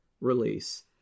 release